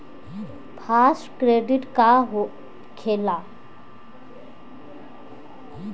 Fast credit का होखेला?